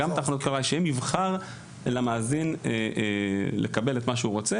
שיהיה מבחר למאזין לקבל את מה שהוא רוצה